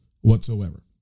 whatsoever